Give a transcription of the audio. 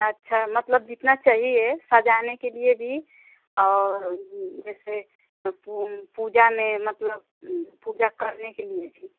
अच्छा मतलब जितना चाहिए सजाने के लिए भी और जैसे पूजा में मतलब पूजा करने के लिए भी